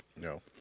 No